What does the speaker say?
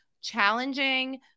challenging